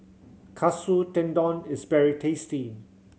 Katsu Tendon is very tasty